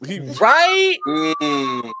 Right